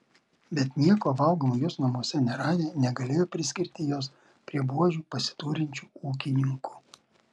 bet nieko valgomo jos namuose neradę negalėjo priskirti jos prie buožių pasiturinčių ūkininkų